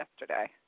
yesterday